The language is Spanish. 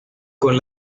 con